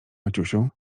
maciusiu